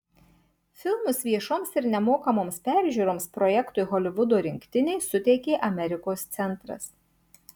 filmus viešoms ir nemokamoms peržiūroms projektui holivudo rinktiniai suteikė amerikos centras